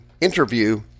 interview